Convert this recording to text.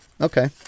Okay